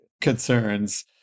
concerns